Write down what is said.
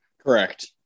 Correct